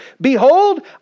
Behold